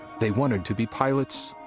they wanted to be pilots,